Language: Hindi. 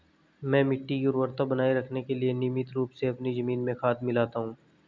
मैं मिट्टी की उर्वरता बनाए रखने के लिए नियमित रूप से अपनी जमीन में खाद मिलाता हूं